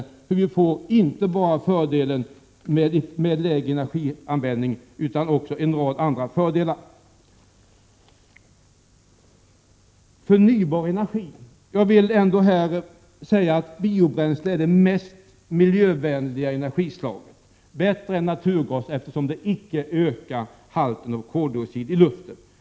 Vi får alltså inte bara fördelen av en lägre energianvändning utan också en rad andra fördelar. När det gäller förnybar energi vill jag här säga att biobränsle är det mest miljövänliga energislaget, bättre än naturgas, eftersom det icke ökar halten av koldioxid i luften.